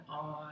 on